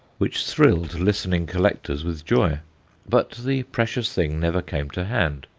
which thrilled listening collectors with joy but the precious thing never came to hand,